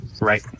Right